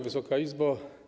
Wysoka Izbo!